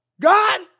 God